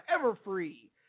Everfree